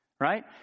right